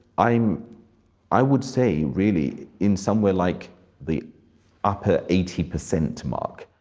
i'm i would say, really, in somewhere like the upper eighty percent mark.